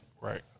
Right